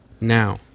Now